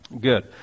Good